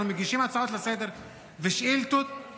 שלושה אנחנו מגישים הצעות לסדר-היום ושאילתות,